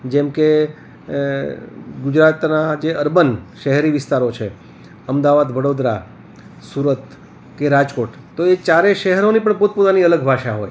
જેમ કે ગુજરાતના જે અર્બન શહેરી વિસ્તારો છે અમદાવાદ વડોદરા સુરત કે રાજકોટ તો એ ચારેય શહેરોની પણ પોતપોતાની અલગ ભાષા હોય